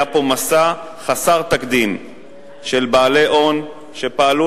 היה פה מסע חסר תקדים של בעלי הון שפעלו